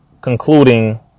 concluding